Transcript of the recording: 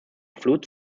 fluid